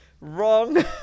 wrong